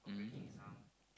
mm